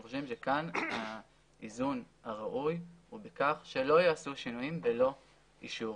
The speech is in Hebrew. אנחנו חושבים שכאן האיזון הראוי הוא בכך שלא יעשו שינויים ללא אישור.